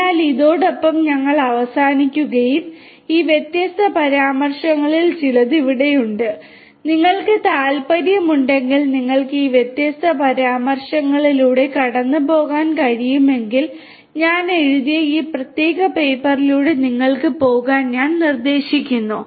അതിനാൽ ഇതോടൊപ്പം ഞങ്ങൾ അവസാനിക്കുകയും ഈ വ്യത്യസ്ത പരാമർശങ്ങളിൽ ചിലത് ഇവിടെയുണ്ട് നിങ്ങൾക്ക് താൽപ്പര്യമുണ്ടെങ്കിൽ നിങ്ങൾക്ക് ഈ വ്യത്യസ്ത പരാമർശങ്ങളിലൂടെ കടന്നുപോകാൻ കഴിയുമെങ്കിൽ ഞാൻ എഴുതിയ ഈ പ്രത്യേക പേപ്പറിലൂടെ നിങ്ങൾ പോകാൻ ഞാൻ നിർദ്ദേശിക്കുന്നു